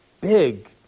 big